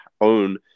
own